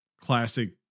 classic